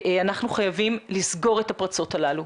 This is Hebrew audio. אנחנו חייבים לסגור את הפרצות הללו.